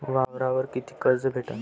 वावरावर कितीक कर्ज भेटन?